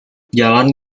jalan